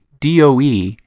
DOE